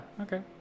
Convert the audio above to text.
okay